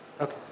Okay